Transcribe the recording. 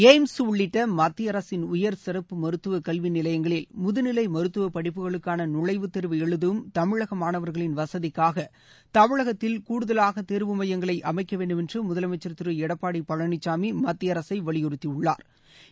AIIMS உள்ளிட்ட மத்திய அரசின் உயர் சிறப்பு மருத்துவ கல்வி நிலையங்களில் முதுநிலை மருத்துவ படிப்புகளுக்கான நுழைவுத்தேர்வு எழுதம் தமிழக மாணவர்களின் வசதிக்காக தமிழகத்தில் கூடுதலாக தேர்வு மையங்களை அமைக்க வேண்டுமென்று முதலமைச்ச் திரு எடப்பாடி பழனிசாமி மத்திய அரசை வலியுறுத்தியுள்ளாா்